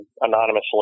anonymously